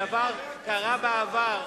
הדבר קרה בעבר.